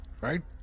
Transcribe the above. right